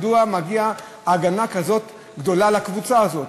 מדוע מגיעה הגנה כזאת גדולה לקבוצה הזאת?